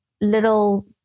little